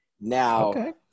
now